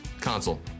Console